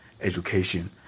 education